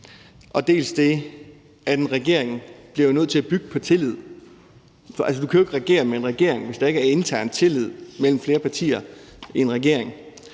der det, at en regering bliver nødt til at bygge på tillid, for du kan jo ikke regere med en regering, hvis der ikke er intern tillid mellem flere partier i en regering.